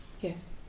yes